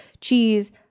cheese